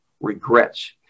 regrets